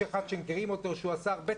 שגם באים עם תיאבון,